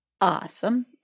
Awesome